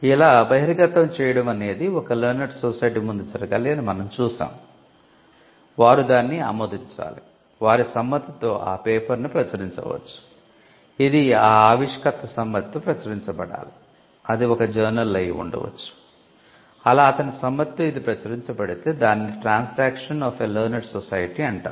ఈ బహిర్గతం అనేది ఒక లేర్నేడ్ సొసైటీ అంటారు